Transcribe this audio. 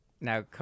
now